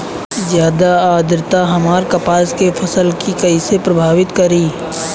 ज्यादा आद्रता हमार कपास के फसल कि कइसे प्रभावित करी?